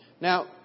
Now